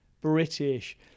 British